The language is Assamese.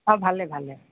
অ ভালে ভালে